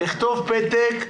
יכתוב פתק,